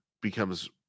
becomes